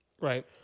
Right